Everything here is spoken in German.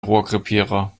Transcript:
rohrkrepierer